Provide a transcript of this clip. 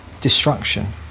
destruction